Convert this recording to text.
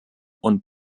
und